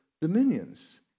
dominions